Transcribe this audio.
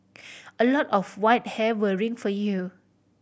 a lot of white hair worrying for you